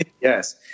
Yes